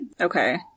Okay